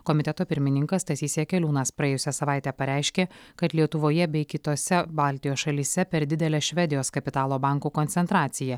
komiteto pirmininkas stasys jakeliūnas praėjusią savaitę pareiškė kad lietuvoje bei kitose baltijos šalyse per didelė švedijos kapitalo bankų koncentracija